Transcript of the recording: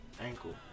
ankle